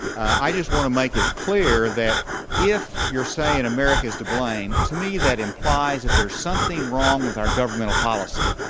i just want to make it clear that if you're saying america's to blame to me that implies that there's something wrong with our governmental policy.